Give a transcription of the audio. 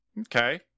Okay